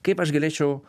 kaip aš galėčiau